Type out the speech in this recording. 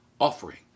Offering